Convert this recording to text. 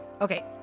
Okay